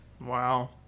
Wow